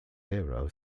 hero